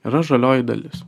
yra žalioji dalis